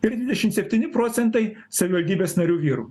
ir dvidešimt septyni procentai savivaldybės narių vyrų